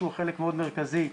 שהוא חלק מאוד מרכזי,